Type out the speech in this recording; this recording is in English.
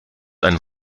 and